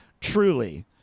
truly